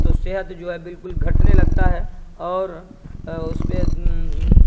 تو صحت جو ہے بالکل گھٹنے لگتا ہے اور اس پہ